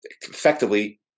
effectively